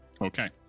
Okay